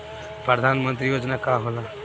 परधान मंतरी योजना का होला?